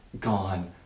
gone